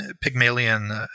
Pygmalion